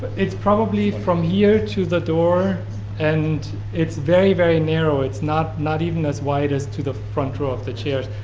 it's probably from here to the door and it's very, very narrow. it's not not even as wide as to the front row of the chairs.